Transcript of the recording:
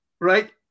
Right